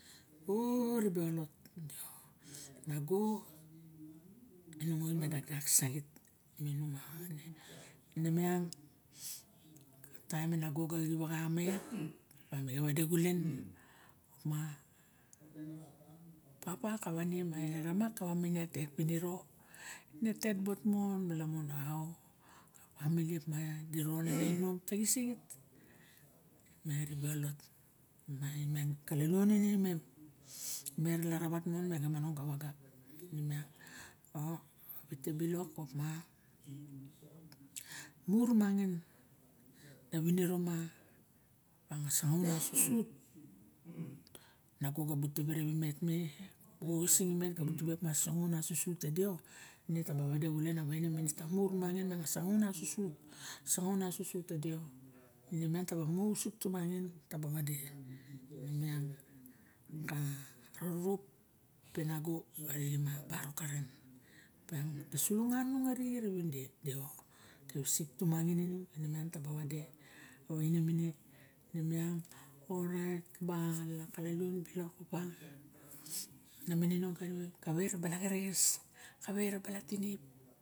O- o ribe alot e deo nago inung on a ein madadak saxit me inung tai e nago ga xiv axa met opiang e wade culen mapa e ramak kawe mine tet piniro ne tet bot mon mala mun mon au diron a inom taxisixit me ribe dot mai ka laluonin imem net larawat mega manong ka waga neiang a wite silok opa mu ramangin na viniro ma miang a sangaun asusut te deo ne miang ta mu ausup tumangin tawa wode miang ka rorop re nago afixem a barok karen opiang ta sulunga nung arixe rawe deo ta wisik tuwangin inung taba wade ione mine ne miang orait bala kalalnon bilok opa na mininong kanimem kawe ra bala xerexes kave ra bala tirip